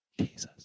Jesus